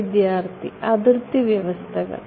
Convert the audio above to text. വിദ്യാർത്ഥി അതിർത്തി വ്യവസ്ഥകൾ